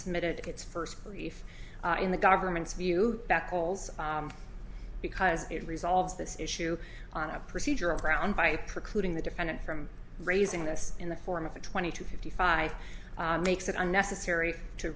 submitted its first brief in the government's view that calls because it resolves this issue on a procedural grounds by precluding the defendant from raising this in the form of a twenty two fifty five makes it unnecessary to